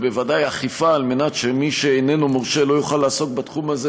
ובוודאי אכיפה על מנת שמי שאיננו מורשה לא יוכל לעסוק בתחום הזה,